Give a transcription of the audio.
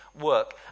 work